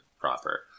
proper